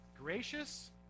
Gracious